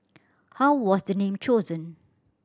how was the name chosen